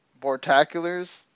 Bortaculars